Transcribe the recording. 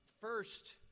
first